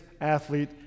athlete